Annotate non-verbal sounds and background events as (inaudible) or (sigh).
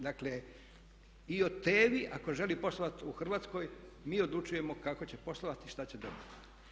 Dakle i o … (unintelligible) ako želi poslovati u Hrvatskoj mi odlučujemo kako će poslovati i šta će dobiti.